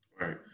Right